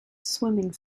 swimming